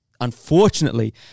unfortunately